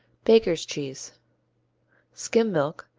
bakers' cheese skim milk,